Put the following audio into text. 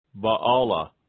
Baala